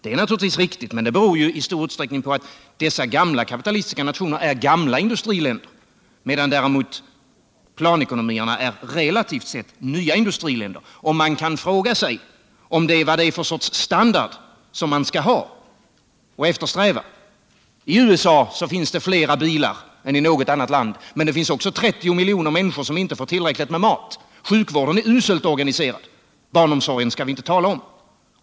Det är naturligtvis riktigt, men det beror i stor utsträckning på att dessa gamla kapitalistiska nationer är gamla industriländer, medan däremot planekonomierna är relativt sett nya industriländer. Man kan fråga sig vad för sorts standard man skall ha och eftersträva. I USA finns det flera bilar än i något annat land. men det finns också 30 miljoner människor som inte får tillräckligt med mat. Sjukvården är uselt organiserad. Barnomsorgen skall vi inte tala om.